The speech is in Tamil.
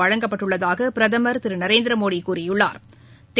வழங்கப்பட்டுள்ளதாகபிரதமா் திருநரேந்திரமோடிகூறியுள்ளாா்